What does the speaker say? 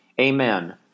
Amen